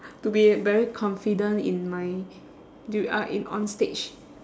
to be very confident in my dur~ uh in on stage